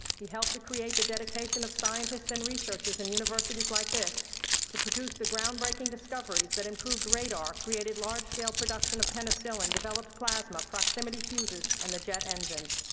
he helped to create the dedication of scientists and researchers and universities like this to produce the groundbreaking discoveries that improved radar, created large-scale production of penicillin, developed plasma, proximity fuses, and the jet engines.